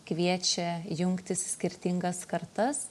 kviečia jungtis skirtingas kartas